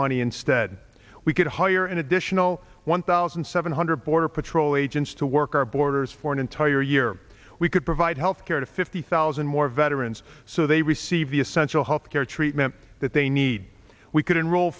money instead we could hire an additional one thousand seven hundred border patrol agents to work our borders for an entire year we could provide health care to fifty thousand more veterans so they receive the essential health care treatment that they need we could enroll